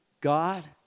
God